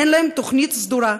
אין להם תוכנית סדורה,